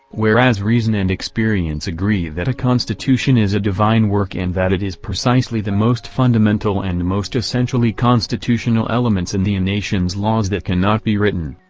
whereas reason and experience agree that a constitution is a divine work and that it is precisely the most fundamental and most essentially constitutional elements in the and nation's laws that cannot be written.